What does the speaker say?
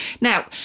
Now